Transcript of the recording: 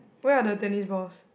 where are the tennis balls